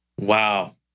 Wow